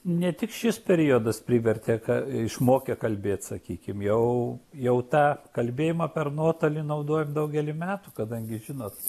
ne tik šis periodas privertė ką išmokė kalbėt sakykim jau jau tą kalbėjimą per nuotolį naudojam daugelį metų kadangi žinot